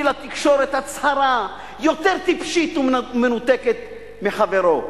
לתקשורת הצהרה יותר טיפשית ומנותקת מחברו.